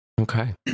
okay